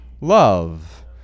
love